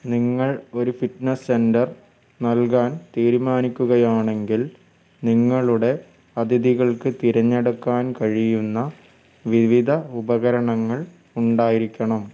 നിങ്ങൾ ഒരു fitness centre നൽകാൻ തീരുമാനിക്കുകയാണെങ്കിൽ നിങ്ങളുടെ അതിഥികൾക്ക് തിരഞ്ഞെടുക്കാൻ കഴിയുന്ന വിവിധ ഉപകരണങ്ങൾ ഉണ്ടായിരിക്കണം